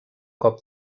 cop